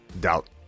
doubt